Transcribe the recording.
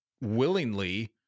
willingly